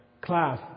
class